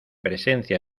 presencia